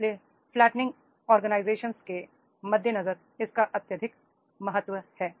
इसलिए flattening organization के मद्देनजर इसका अत्यधिक महत्व है